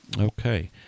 Okay